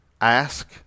ask